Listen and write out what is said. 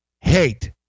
hate